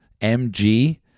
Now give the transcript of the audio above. MG